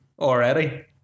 already